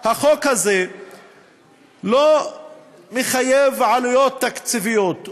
החוק הזה לא מחייב עלויות תקציביות,